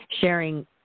sharing